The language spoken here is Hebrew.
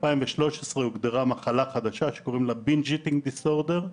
ב-2013 הוגדרה מחלה חדשה שקוראים לה Binge eating disorder,